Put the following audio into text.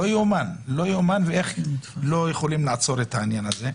לא יאומן, ואיך לא יכולים לעצור את העניין הזה.